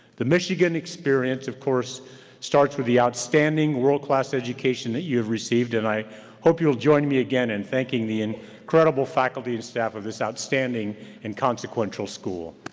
the michigan experience of course starts with the outstanding world-class education that you have received and i hope you'll join me again in and thanking the and incredible faculty and staff of this outstanding and consequential school.